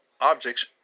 objects